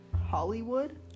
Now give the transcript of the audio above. hollywood